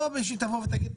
לא מישהו תבוא ותגיד,